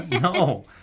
no